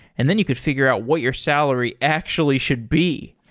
and then you could figure out what your salary actually should be.